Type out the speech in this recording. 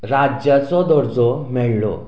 राज्याचो दर्जो मेळ्ळो